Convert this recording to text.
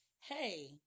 hey